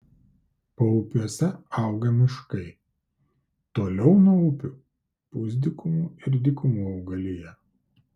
paupiuose auga miškai toliau nuo upių pusdykumių ir dykumų augalija